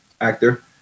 actor